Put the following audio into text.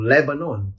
Lebanon